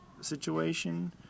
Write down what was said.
situation